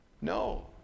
No